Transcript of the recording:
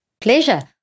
Pleasure